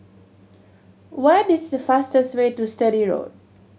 what is the fastest way to Sturdee Road